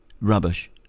rubbish